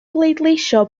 bleidleisio